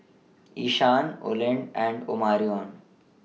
Ishaan Olen and Omarion